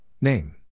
Name